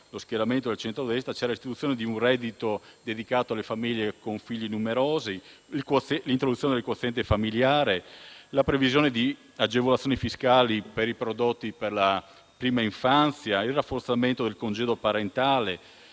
lo schieramento di centrodestra ha condiviso c'era l'istituzione di un reddito dedicato alle famiglie con figli numerosi, l'introduzione del quoziente familiare, la previsione di agevolazioni fiscali per i prodotti per la prima infanzia, il rafforzamento del congedo parentale,